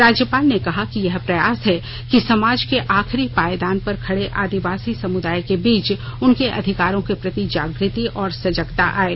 राज्यपाल ने कहा है कि यह प्रयास है कि समाज के आखिरी पायदान पर खड़े आदिवासी समुदाय के बीच उनके अधिकारों के प्रति जागृति और सजगता आये